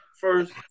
first